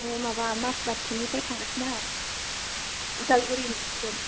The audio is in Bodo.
माने माबा मासबाट थिंनिफ्राय थांगासिनो आं उदालगुरि मोनसिगोन